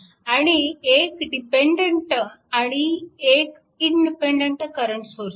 आणि एक डिपेन्डन्ट आणि एक इंडिपेन्डन्ट करंट सोर्स आहे